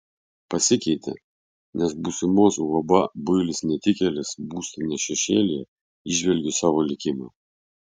pasikeitė nes būsimos uab builis netikėlis būstinės šešėlyje įžvelgiu savo likimą